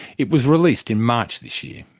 it was released in march this year.